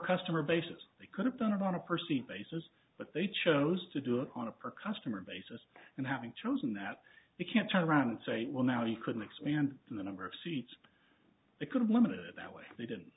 customer base that they could have done on a person basis but they chose to do it on a per customer basis and having chosen that you can't turn around and say well now you couldn't expand the number of seats they could limit it that way they didn't